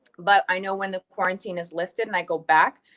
but i know when the quarantine is lifted and i go back,